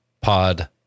Pod